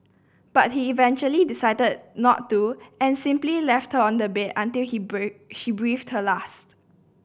but he eventually decided not to and simply left her on the bed until he she breathed her last